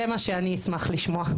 זה מה שאשמח לשמוע.